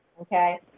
okay